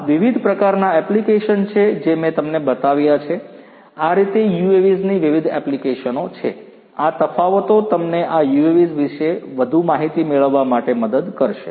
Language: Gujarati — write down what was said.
આ આ વિવિધ પ્રકારનાં એપ્લિકેશન છે જે મેં તમને બતાવ્યા છે આ રીતે UAVs ની વિવિધ એપ્લિકેશનો છે આ તફાવતો તમને આ UAVs વિશે વધુ માહિતી મેળવવા માટે મદદ કરશે